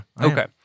okay